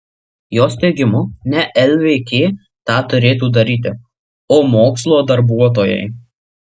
jos teigimu ne lvk tą turėtų daryti o mokslo darbuotojai